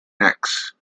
necks